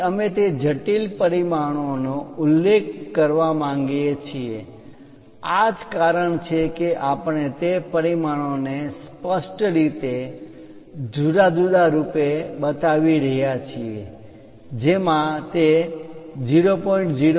તેથી અમે તે જટિલ પરિમાણોનો ઉલ્લેખ કરવા માંગીએ છીએ આ જ કારણ છે કે આપણે તે પરિમાણો ને સ્પષ્ટ રીતે જુદા જુદા રૂપે બતાવી રહ્યા છીએ જેમાં તે 0